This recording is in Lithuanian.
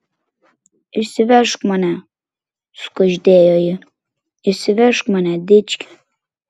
išsivežk mane sukuždėjo ji išsivežk mane dički